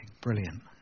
brilliant